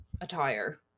attire